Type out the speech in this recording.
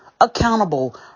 accountable